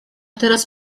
teraz